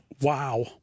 Wow